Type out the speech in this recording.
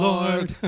Lord